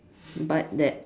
but that